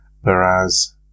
whereas